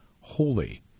holy